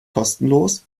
kostenlos